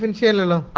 and channel